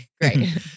great